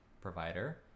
provider